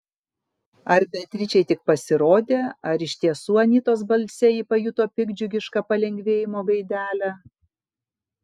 ar beatričei tik pasirodė ar iš tiesų anytos balse ji pajuto piktdžiugišką palengvėjimo gaidelę